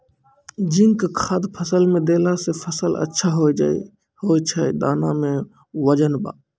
zinc खाद फ़सल मे देला से फ़सल अच्छा होय छै दाना मे वजन ब